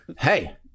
hey